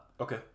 Okay